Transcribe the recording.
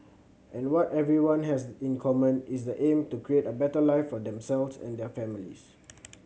and what everyone has in common is the aim to create a better life for themselves and their families